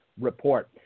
report